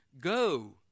go